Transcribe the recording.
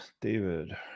David